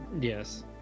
yes